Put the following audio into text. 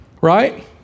right